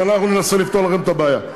אז אנחנו ננסה לפתור לכם את הבעיה.